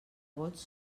vots